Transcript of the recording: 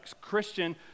Christian